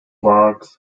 barks